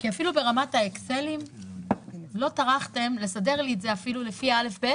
כי אפילו ברמת האקסלים לא טרחתם לסדר את זה לפי ה-א'-ב'